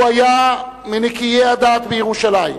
הוא היה מ"נקיי הדעת בירושלים",